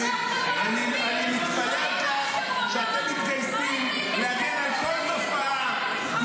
אני מתפלא על כך שאתם מתגייסים להגן על כל תופעה,